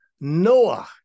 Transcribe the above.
Noah